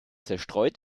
zerstreut